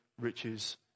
riches